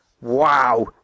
Wow